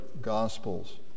gospels